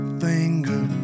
finger